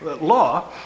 law